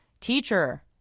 Teacher